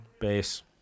Bass